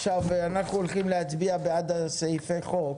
אנחנו עכשיו הולכים להצביע בעד סעיפי החוק.